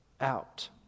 out